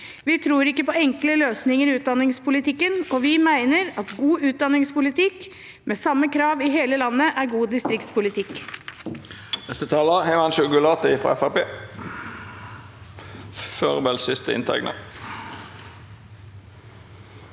Vi tror ikke på enkle løsninger i utdanningspolitikken, og vi mener at god utdanningspolitikk med samme krav i hele landet er god distriktspolitikk.